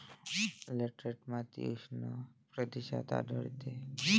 laterite माती उष्ण प्रदेशात आढळते